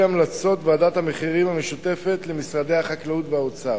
המלצות ועדת המחירים המשותפת למשרדי החקלאות והאוצר.